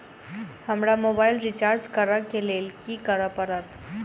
हमरा mobile recharge करऽ केँ लेल की करऽ पड़त?